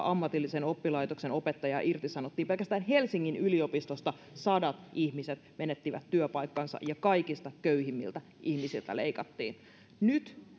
ammatillisen oppilaitoksen opettajaa irtisanottiin pelkästään helsingin yliopistosta sadat ihmiset menettivät työpaikkansa ja kaikista köyhimmiltä ihmisiltä leikattiin nyt